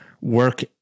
work